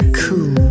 cool